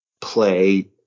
play